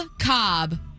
Cobb